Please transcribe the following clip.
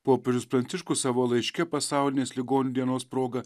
popiežius pranciškus savo laiške pasaulinės ligonių dienos proga